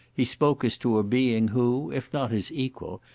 he spoke as to a being who, if not his equal,